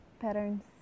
patterns